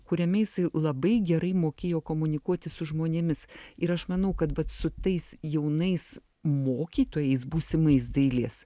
kuriame jisai labai gerai mokėjo komunikuoti su žmonėmis ir aš manau kad vat su tais jaunais mokytojais būsimais dailės